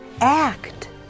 Act